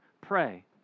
pray